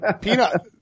Peanut